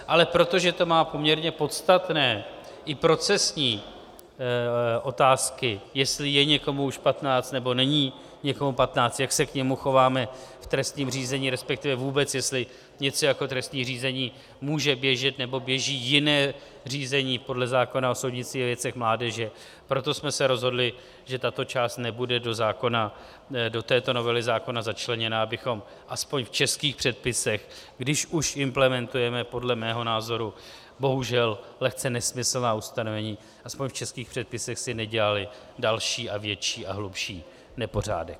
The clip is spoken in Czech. Ale protože to má poměrně podstatné i procesní otázky, jestli je někomu už patnáct, nebo není někomu patnáct, jak se k němu chováme v trestním řízení, respektive vůbec jestli něco jako trestní řízení může běžet, nebo běží jiná řízení podle zákona o soudnictví ve věcech mládeže, proto jsme se rozhodli, že tato část nebude do zákona, do této novely zákona začleněna, abychom si aspoň v českých předpisech, když už implementujeme podle mého názoru bohužel lehce nesmyslná ustanovení, nedělali další a větší a hlubší nepořádek.